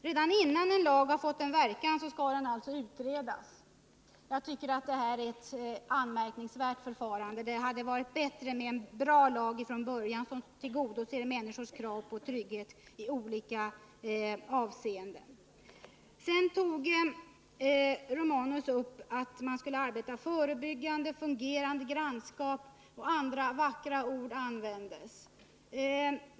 Redan innan en lag har fått en verkan skall den alltså utredas! Jag tycker att det är ett anmärkningsvärt förfarande. Det hade varit bättre att från början göra en bra lag som tillgodoser människors krav på trygghet i olika avseenden. Gabriel Romanus talade om att man skulle arbeta förebyggande. ”Fungerande grannskap” och andra vackra ord användes.